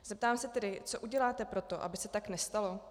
Zeptám se tedy, co uděláte pro to, aby se tak nestalo.